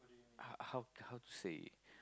how how how to say